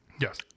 Yes